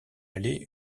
aller